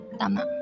tama